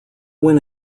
win